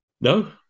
No